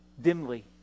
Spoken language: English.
Dimly